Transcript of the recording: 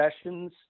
sessions